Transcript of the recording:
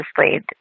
displayed